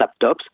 laptops